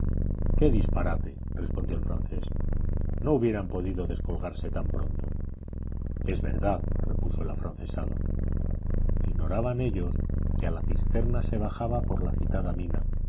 qué disparate respondió el francés no hubieran podido descolgarse tan pronto es verdad repuso el afrancesado ignoraban ellos que a la cisterna se bajaba por la citada mina